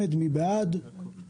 אבל צריך לזכור שיש פה מערכת של גוף פרטי